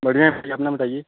बढ़िया है भैया अपना बताइए